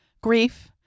grief